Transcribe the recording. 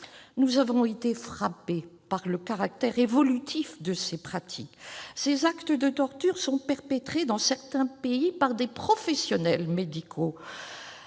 Nous avons été frappées par le caractère évolutif de ces pratiques. Ces actes de torture sont perpétrés, dans certains pays, par des professionnels médicaux,